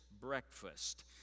breakfast